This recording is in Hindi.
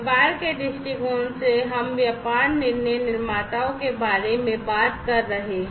व्यापार के दृष्टिकोण से हम व्यापार निर्णय निर्माताओं के बारे में बात कर रहे हैं